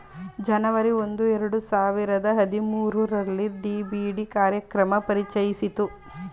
ಜನವರಿ ಒಂದು ಎರಡು ಸಾವಿರದ ಹದಿಮೂರುರಲ್ಲಿ ಡಿ.ಬಿ.ಡಿ ಕಾರ್ಯಕ್ರಮ ಪರಿಚಯಿಸಿತು